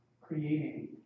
creating